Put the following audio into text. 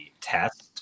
test